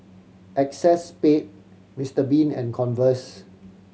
Acexspade Mister Bean and Converse